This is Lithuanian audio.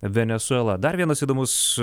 venesuela dar vienas įdomus